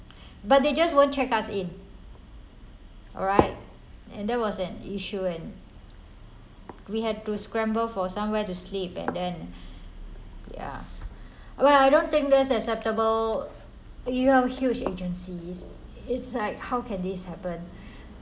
but they just won't check us in alright and there was an issue and we had to scramble for somewhere to sleep and then ya well I don't think that's acceptable you're huge agency it's like how can this happen